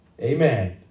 amen